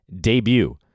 debut